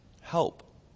Help